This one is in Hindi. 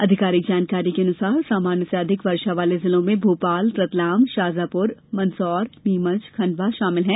आधिकारिक जानकारी के अनुसार सामान्य से अधिक वर्षा वाले जिलों में भोपाल रतलाम शाजापुर मंदसौर नीमच खण्डवा शामिल हैं